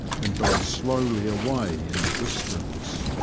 and dies slowly away in the distance.